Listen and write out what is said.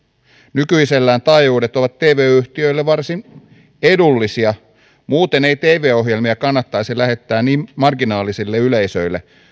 nykyisellään taajuudet ovat tv yhtiöille varsin edullisia muuten ei tv ohjelmia kannattaisi lähettää niin marginaalisille yleisöille